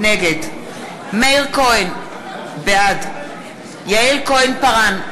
נגד מאיר כהן, בעד יעל כהן-פארן,